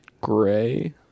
Gray